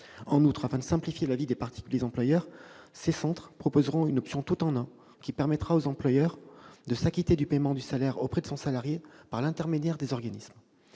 En outre, afin de simplifier la vie des particuliers employeurs, ces centres proposeront une option tout-en-un, qui permettra aux employeurs de s'acquitter du paiement du salaire auprès de son salarié par l'intermédiaire des organismes.